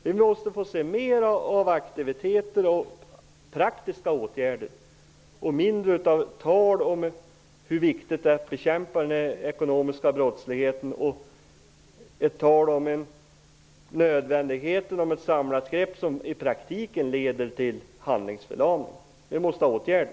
Vi måste få mera av aktiviteter och praktiska åtgärder och mindre av tal om hur viktigt det är att bekämpa den ekonomiska brottsligheten och tal om ett samlat grepp som i praktiken leder till handlingsförlamning. Vi måste ha åtgärder!